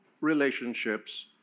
relationships